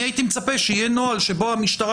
אני הייתי מצפה שיהיה נוהל שבו המשטרה,